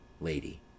Lady